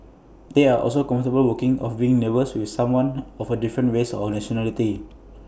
they are also comfortable working or being neighbours with someone of A different race or nationality